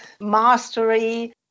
mastery